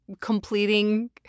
completing